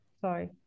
Sorry